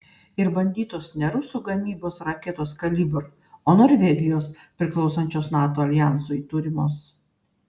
ir bandytos ne rusų gamybos raketos kalibr o norvegijos priklausančios nato aljansui turimos